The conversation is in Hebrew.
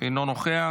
אינו נוכח,